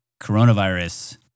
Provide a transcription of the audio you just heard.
coronavirus